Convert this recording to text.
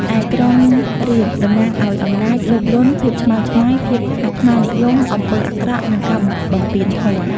ឯក្រុងរាពណ៍ តំណាងឱ្យ អំណាច លោភលន់ ភាពឆ្មើងឆ្មៃ ភាពអាត្មានិយម អំពើអាក្រក់ និងការបំពានធម៌ ។